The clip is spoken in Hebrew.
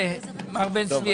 מר בן צבי,